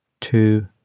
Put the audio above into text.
two